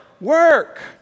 Work